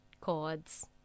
chords